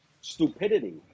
stupidity